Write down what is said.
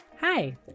Hi